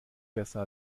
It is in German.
besser